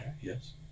yes